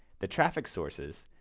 the traffic sources,